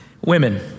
Women